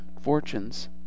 fortunes